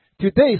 Today